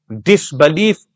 disbelief